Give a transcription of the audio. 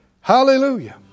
Hallelujah